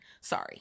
Sorry